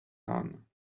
none